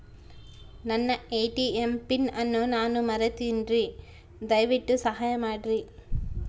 ನನ್ನ ATM pin ಅನ್ನು ನಾನು ಮರಿತಿನ್ರಿ, ದಯವಿಟ್ಟು ಸಹಾಯ ಮಾಡ್ರಿ